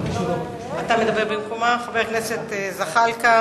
חבר הכנסת זחאלקה